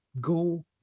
go